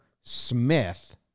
smith